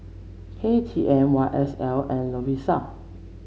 K T M Y S L and Lovisa